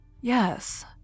Yes